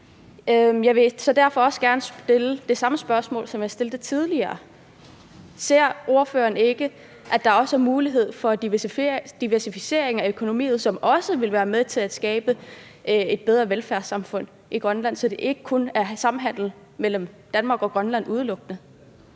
Jeg vil derfor gerne stille det samme spørgsmål, som jeg stillede tidligere: Ser ordføreren ikke, at der også er mulighed for en diversificering af økonomien, som også vil være med til at skabe et bedre velfærdssamfund i Grønland, så det ikke udelukkende sker gennem samhandel mellem Danmark og Grønland?